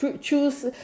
choose